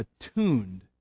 attuned